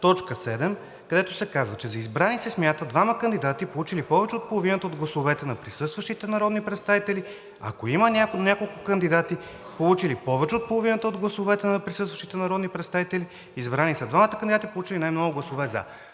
т. 7, където се казва: „7. За избрани се смятат двамата кандидати, получили повече от половината от гласовете на присъстващите народни представители. Ако има няколко кандидати, получили повече от половината от гласовете на присъстващите народни представители, избрани са двамата кандидати, получили най-много гласове за.“